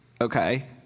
Okay